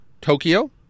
Tokyo